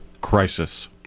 crisis